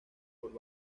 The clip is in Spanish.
para